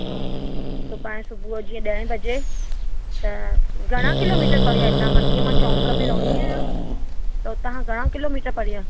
हा सुभाणे सुबुहु जीअं ॾह बजे त घणा किलोमीटर परे आहे हितां खां जीअं मां चौक में रहंदी आहियां त हुतां खां घणा किलोमीटर परे आहे